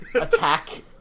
attack